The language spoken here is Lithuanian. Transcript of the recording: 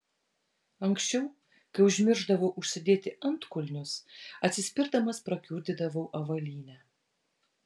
anksčiau kai užmiršdavau užsidėti antkulnius atsispirdamas prakiurdydavau avalynę